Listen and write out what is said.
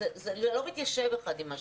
זה לא מתיישב אחד עם השני.